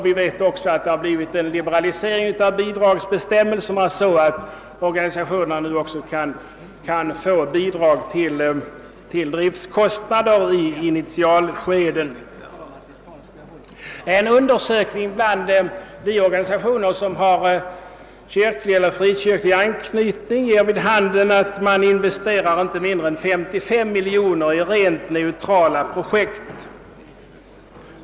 Vi vet också att det skett en liberalisering av bidragsbestämmelserna, så att organisationerna nu också kan få bidrag till driftkostnader i initialskeden. En undersökning bland de organisationer som har kyrklig eller frikyrklig anknytning ger vid handen att det investeras inte mindre än 55 miljoner kronor i rent neutrala projekt.